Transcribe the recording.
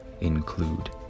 include